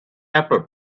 apple